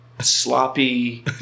Sloppy